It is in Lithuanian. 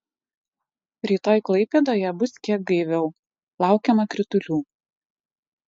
rytoj klaipėdoje bus kiek gaiviau laukiama kritulių